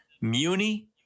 Muni